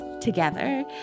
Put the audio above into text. together